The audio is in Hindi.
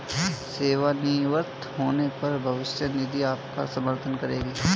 सेवानिवृत्त होने पर भविष्य निधि आपका समर्थन करेगी